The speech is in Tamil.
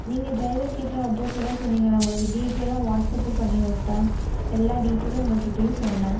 நீங்கள் டிரைவர் கிட்ட அட்ரெஸெல்லாம் சொன்னீங்களா உங்களுக்கு டீட்டையலாக வாட்ஸாப்பும் பண்ணிவிட்டேன் எல்லா டீட்டையலும் உங்ககிட்டேயும் சொன்னேன்